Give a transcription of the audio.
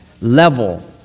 Level